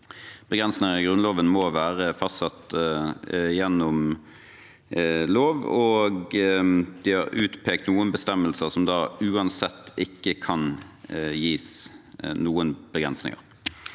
begrensninger i Grunnloven må være fastsatt ved lov, og de har utpekt noen bestemmelser som uansett ikke kan gis noen begrensninger.